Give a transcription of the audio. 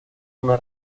una